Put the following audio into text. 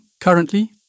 currently